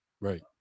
Right